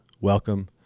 welcome